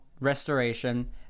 restoration